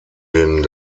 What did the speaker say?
den